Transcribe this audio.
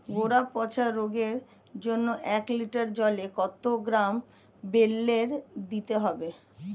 গোড়া পচা রোগের জন্য এক লিটার জলে কত গ্রাম বেল্লের দিতে হবে?